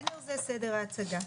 זה סדר ההצגה.